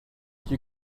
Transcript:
you